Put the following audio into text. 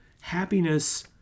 happiness